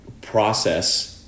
process